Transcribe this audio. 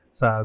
sa